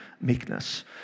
meekness